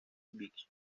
beach